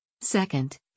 Second